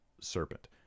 serpent